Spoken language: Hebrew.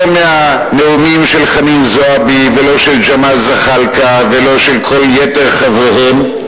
לא מהנאומים של חנין זועבי ולא של ג'מאל זחאלקה ולא של כל יתר חבריהם,